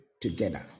together